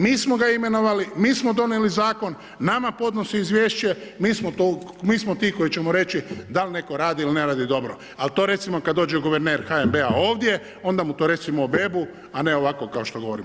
Mi smo ga imenovali, mi smo donijeli zakona, nama podnosi izvješće, mi smo ti koji ćemo reći da li netko radi ili ne radi dobro ali to recimo kada dođe guverner HNB-a ovdje onda mu to recimo … a ne ovako kao što govorimo.